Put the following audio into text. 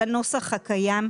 לנוסח הקיים,